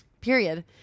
Period